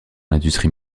l’industrie